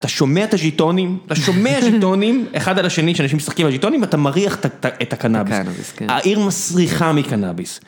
אתה שומע את הג'יטונים, אתה שומע את הג'יטונים אחד על השני כשאנשים משחקים עם הג'יטונים ואתה מריח את הקנאביס, העיר מסריחה מקנאביס.